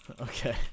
Okay